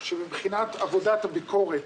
שמבחינת עבודת הביקורת,